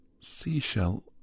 seashell